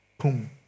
boom